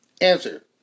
Answer